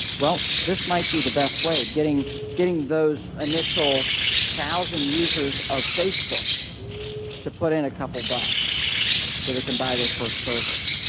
well, this might be the best way, getting getting those initial thousand users of facebook to put in a couple bucks so they can buy their first server.